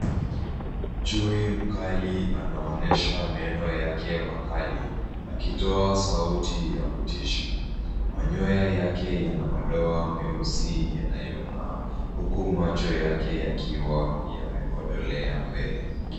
Chui mkali anaonyesha meno yake makali, akitoa sauti ya kutisha. Manyoya yake yana madoa meusi yanayong'aa, huku macho yake yakiwa yamekodolea mbele.